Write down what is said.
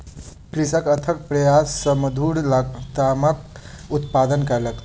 कृषक अथक प्रयास सॅ मधुर लतामक उत्पादन कयलक